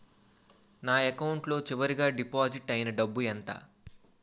నా అకౌంట్ లో చివరిగా డిపాజిట్ ఐనా డబ్బు ఎంత?